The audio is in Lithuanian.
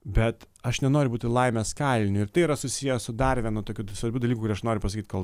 bet aš nenoriu būti laimės kaliniu ir tai yra susiję su dar vienu tokiu svarbiu dalyku kurį aš noriu pasakyt kol